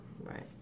right